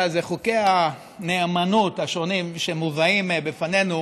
חוקי הנאמנות השונים שמובאים בפנינו